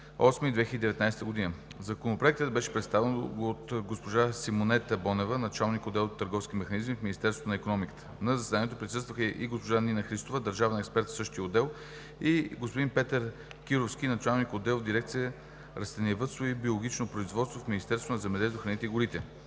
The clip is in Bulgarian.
2019 г. Законопроектът беше представен от госпожа Симонета Бонева – началник-отдел „Търговски механизми“ в Министерството на икономиката. На заседанието присъстваха и госпожа Нина Христова – държавен експерт в същия отдел, и господин Петър Кировски – началник-отдел в дирекция „Растениевъдство и биологично производство“ в Министерството на земеделието, храните и горите.